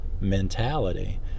mentality